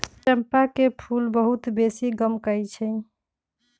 चंपा के फूल बहुत बेशी गमकै छइ